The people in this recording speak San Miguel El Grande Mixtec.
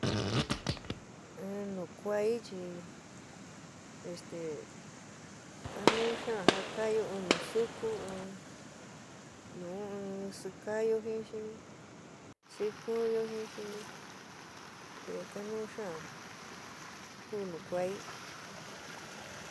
In nu kuaɨ chi este kanú xaán ja kaáyo in nusukú in nu in sikayo jin xi xi kuúnyo jin xi te kanú xaán ku nu kuai.